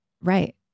Right